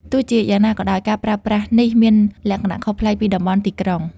ទោះជាយ៉ាងណាក៏ដោយ ការប្រើប្រាស់នេះមានលក្ខណៈខុសប្លែកពីតំបន់ទីក្រុង។